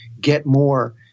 get-more